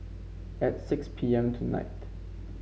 at six P M tonight